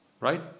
Right